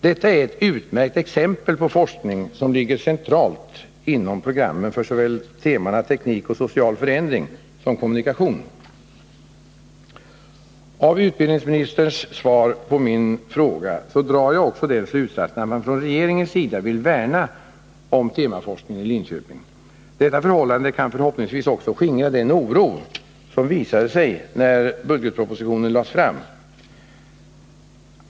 Detta är ett utmärkt exempel på forskning som ligger centralt inom programmen för såväl temana Teknik och social förändring som Kommunikation. Av utbildningsministerns svar på min interpellation drar jag också slutsatsen att man från regeringens sida vill värna om temaforskningen i Linköping. Detta förhållande kan förhoppningsvis också skingra den oro som visade sig när budgetpropositionen lades fram.